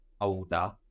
older